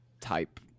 type